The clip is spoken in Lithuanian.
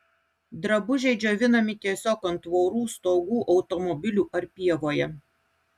drabužiai džiovinami tiesiog ant tvorų stogų automobilių ar pievoje